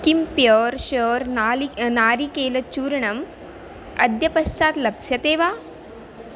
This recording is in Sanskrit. किं प्योर् शोर् नालि नारिकेलचूर्णम् अद्यपश्चात् लप्स्यते वा